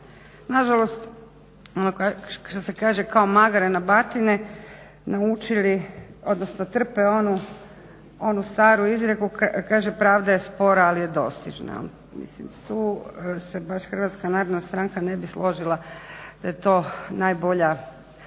nažalost ono što se kaže kao magare na batine naučili, odnosno trpe onu staru izreku kaže pravda je spora ali je dostižna. Mislim tu se baš HNS ne bi složio da je to najbolja